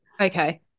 okay